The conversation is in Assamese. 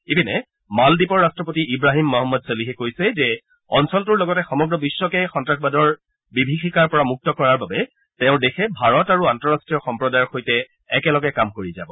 ইপিনে মালদ্বীপৰ ৰট্টপতি ইৱাহীম মহম্মদ চলিহে কৈছে যে অঞ্চলটোৰ লগতে সমগ্ৰ বিশ্বকে সন্ত্ৰাসবাদৰ বিভীযিকাৰ পৰা মুক্ত কৰাৰ বাবে তেওঁৰ দেশে ভাৰত আৰু আন্তঃৰাষ্ট্ৰীয় সম্প্ৰদায়ৰ সৈতে একেলগে কাম কৰি যাব